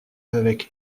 avec